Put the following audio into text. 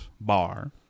bar